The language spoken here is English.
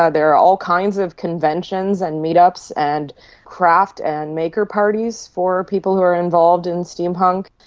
ah there are all kinds of conventions and meet-ups and craft and maker parties for people who are involved in steampunk.